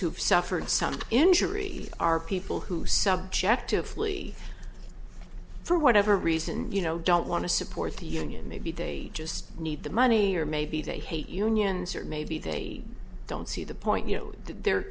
who've suffered some injury are people who subjectively for whatever reason you know don't want to support the union maybe they just need the money or maybe they hate unions or maybe they don't see the point you know there